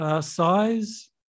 size